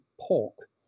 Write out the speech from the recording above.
pork